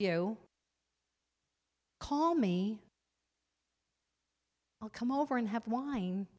you call me i'll come over and have wine